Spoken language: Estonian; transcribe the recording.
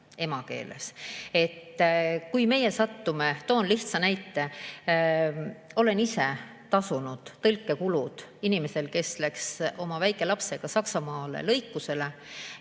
emakeeles. Kui meie sattume ... Toon lihtsa näite. Olen ise tasunud tõlkekulud inimesel, kes läks oma väikelapsega Saksamaale lõikusele,